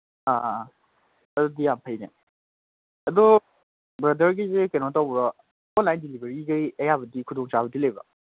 ꯑꯥ ꯑꯥ ꯑꯥ ꯑꯗꯨꯗꯤ ꯌꯥꯝ ꯐꯩꯅꯦ ꯑꯗꯣ ꯕ꯭ꯔꯗꯔꯒꯤꯁꯦ ꯀꯩꯅꯣ ꯇꯧꯕ꯭ꯔꯣ ꯑꯣꯟꯂꯥꯏꯟ ꯗꯤꯂꯤꯕꯔꯤꯒꯩ ꯑꯌꯥꯕꯗꯤ ꯈꯨꯗꯣꯡꯆꯥꯕꯗꯤ ꯂꯩꯕ꯭ꯔꯣ